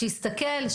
שיסתכל,